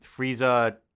frieza